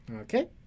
Okay